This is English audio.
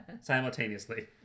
simultaneously